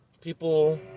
people